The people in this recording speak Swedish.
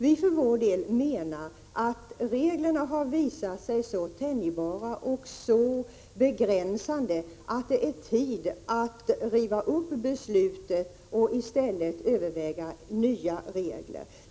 Vi menar i folkpartiet att reglerna har visat sig vara så tänjbara och så begränsande att det är tid att riva upp beslutet och i stället överväga nya regler.